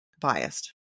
biased